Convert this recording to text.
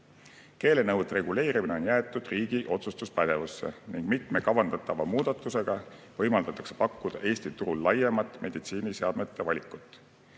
Keelenõuete reguleerimine on jäetud riigi otsustuspädevusse ning mitme kavandatava muudatusega võimaldatakse pakkuda Eesti turul laiemat meditsiiniseadmete valikut.